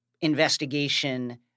investigation